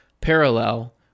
parallel